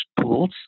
tools